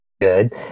good